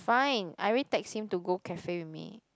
fine I already text him to go cafe with me